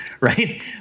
right